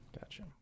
Gotcha